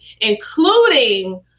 including